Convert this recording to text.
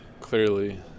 Clearly